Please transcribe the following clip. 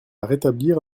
rétablir